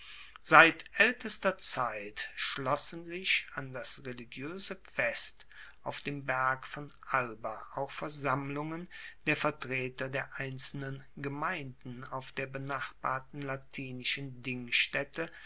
seit aeltester zeit schlossen sich an das religioese fest auf dem berg von alba auch versammlungen der vertreter der einzelnen gemeinden auf der benachbarten latinischen dingstaette